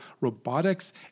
robotics